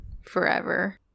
forever